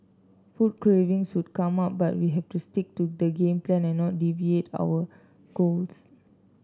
food cravings would come up but we have to stick to the game plan and not deviate our goals